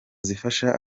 zifasha